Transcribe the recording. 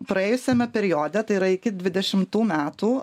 praėjusiame periode tai yra iki dvidešimtų metų